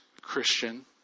Christian